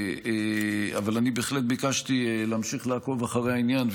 אבל אני בהחלט ביקשתי להמשיך לעקוב אחרי העניין,